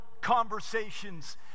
conversations